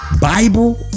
Bible